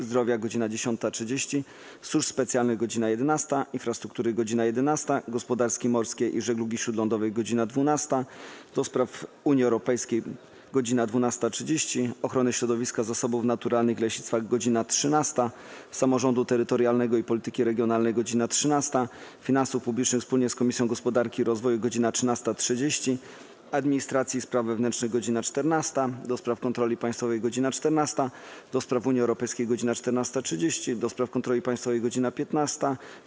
Zdrowia - godz. 10.30, - Służb Specjalnych - godz. 11, - Infrastruktury - godz. 11, - Gospodarki Morskiej i Żeglugi Śródlądowej - godz. 12, - do Spraw Unii Europejskiej - godz. 12.30, - Ochrony Środowiska, Zasobów Naturalnych i Leśnictwa - godz. 13, - Samorządu Terytorialnego i Polityki Regionalnej - godz. 13, - Finansów Publicznych wspólnie z Komisją Gospodarki i Rozwoju - godz. 13.30, - Administracji i Spraw Wewnętrznych - godz. 14, - do Spraw Kontroli Państwowej - godz. 14, - do Spraw Unii Europejskiej - godz. 14.30, - do Spraw Kontroli Państwowej - godz. 15,